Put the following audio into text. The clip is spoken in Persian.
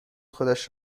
خودش